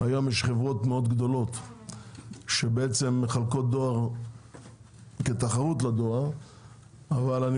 היום יש חברות מאוד גדולות שמחלקות דואר כתחרות לדואר אבל אני